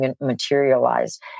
materialized